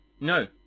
no